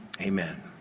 amen